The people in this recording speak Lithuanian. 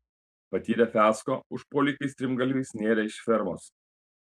patyrę fiasko užpuolikai strimgalviais nėrė iš fermos